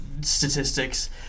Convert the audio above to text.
statistics